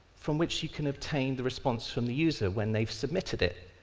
from which you can obtain the response from the user when they've submitted it.